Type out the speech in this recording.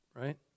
right